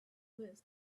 liz